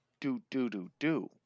Do-do-do-do